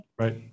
Right